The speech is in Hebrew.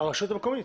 הרשות המקומית.